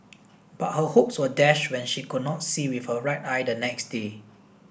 but her hopes were dashed when she could not see with her right eye the next day